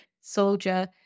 soldier